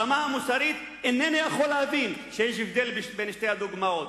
ברמה המוסרית אינני יכול להבין שיש הבדל בין שתי הדוגמאות.